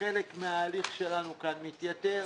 חלק מההליך שלנו כאן מתייתר.